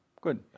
Good